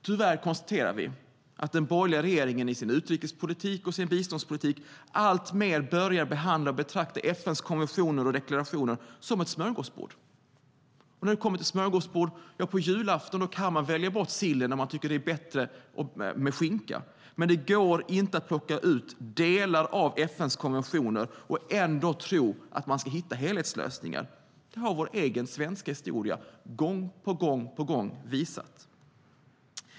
Tyvärr konstaterar vi att den borgerliga regeringen i sin utrikespolitik och biståndspolitik alltmer börjar behandla och betrakta FN:s konventioner och deklarationer som ett smörgåsbord. När man kommer till ett smörgåsbord kan man på julafton välja bort sillen om man tycker att det är bättre med skinka. Men det går inte att plocka ut delar ur FN:s konventioner och ändå tro att man ska kunna hitta helhetslösningar. Det har vår egen svenska historia gång på gång visat.